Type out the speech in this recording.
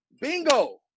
Bingo